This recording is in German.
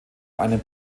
einem